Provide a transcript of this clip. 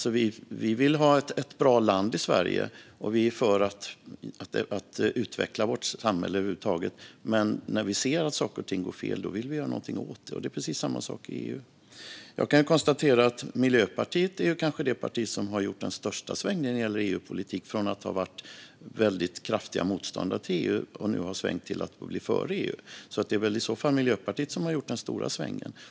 Vi vill ha ett bra land, och vi är för att utveckla vårt samhälle. Men när vi ser att saker och ting går fel vill vi göra något åt det. Detsamma gäller i EU. Miljöpartiet är kanske det parti som har gjort den största svängningen när det gäller EU-politik. Från att ha varit kraftiga motståndare till EU är man i dag för EU.